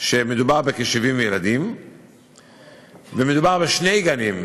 שמדובר בכ-70 ילדים ומדובר בשני גנים: